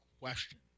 question